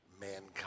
mankind